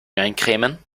eincremen